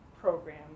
program